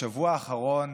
בשבוע האחרון,